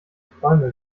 träume